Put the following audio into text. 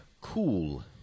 cool